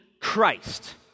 Christ